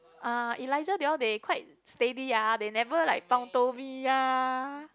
uh Elisha they all they quite steady ah they never like bao toh me ah